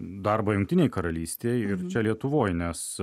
darbą jungtinėj karalystėj ir čia lietuvoj nes